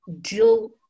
deal